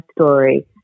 story